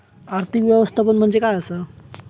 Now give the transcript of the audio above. आर्थिक व्यवस्थापन म्हणजे काय असा?